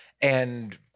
and-